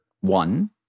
one